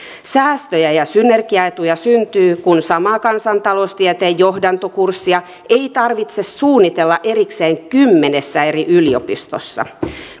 säästöjä ja synergiaetuja syntyy kun samaa kansantaloustieteen johdantokurssia ei tarvitse suunnitella erikseen kymmenessä eri yliopistossa